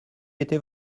était